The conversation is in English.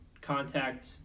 contact